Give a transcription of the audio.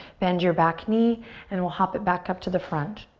bend your back knee and we'll hop it back up to the front.